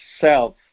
self